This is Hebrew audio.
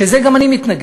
שלזה גם אני מתנגד.